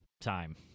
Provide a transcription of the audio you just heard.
time